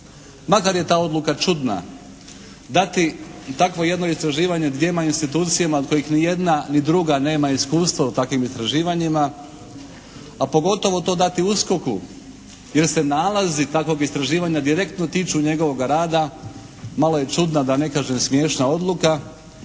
makar je ta odluka čudna, dati takvo jedno istraživanje dvijema institucijama od kojih ni jedna ni druga nema iskustva u takvim istraživanjima, a pogotovo to dati USKOK-u jer se nalazi takvog istraživanja direktno tiču njegovoga rada malo je čudna da ne kažem smiješna odluka,